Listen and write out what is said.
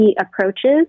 approaches